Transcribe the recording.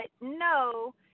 no